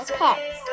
pets